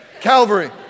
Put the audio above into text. Calvary